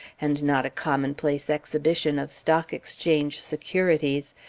and not a commonplace exhibition of stock exchange securities,